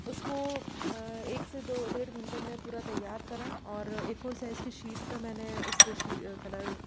उसको एक से दो डेढ़ घंटे में पूरा तैयार करा और ए फोर साइज़ की शीट पर मैंने उस शी कलर